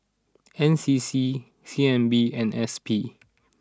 N C C C N B and S P